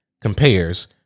compares